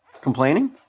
Complaining